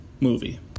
movie